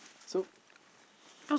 so